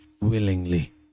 willingly